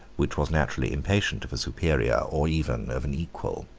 which was naturally impatient of a superior, or even of an equal.